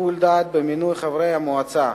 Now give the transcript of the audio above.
שיקול דעת במינוי חברי המועצה,